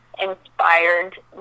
inspired